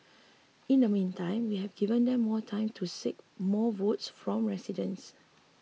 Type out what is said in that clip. in the meantime we have given them more time to seek more votes from residents